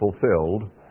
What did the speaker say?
fulfilled